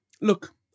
Look